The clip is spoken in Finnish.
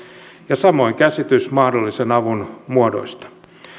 ja samoin käsitys mahdollisen avun muodoista